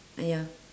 ya